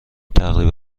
تقریبا